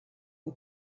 for